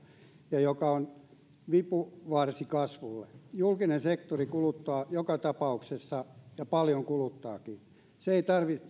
ja joka on vipuvarsi kasvulle julkinen sektori kuluttaa joka tapauksessa ja paljon kuluttaakin se ei tarvitse